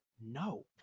no